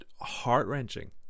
heart-wrenching